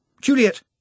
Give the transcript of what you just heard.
Juliet